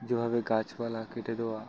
যেভাবে গাছপালা কেটে দেওয়া